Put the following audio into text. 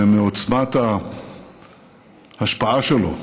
ומעוצמת ההשפעה שלו,